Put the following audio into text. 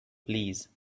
please